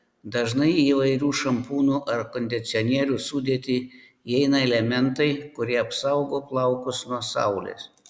dažnai į įvairių šampūnų ar kondicionierių sudėtį įeina elementai kurie apsaugo plaukus nuo saulės